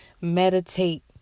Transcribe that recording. meditate